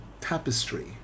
tapestry